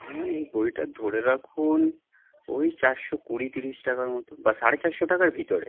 হ্যাঁ এই বইটা ধরে রাখুন ওই চাশশো কুড়ি তিরিশ টাকার মতো বা সাড়ে চারশো টাকার ভিতরে